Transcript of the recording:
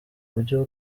byo